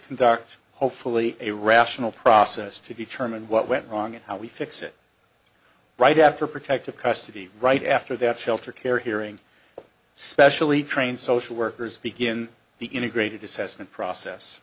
conduct hopefully a rational process to determine what went wrong and how we fix it right after protective custody right after that shelter care hearing specially trained social workers begin the integrated assessment process